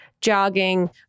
jogging